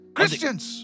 Christians